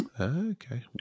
Okay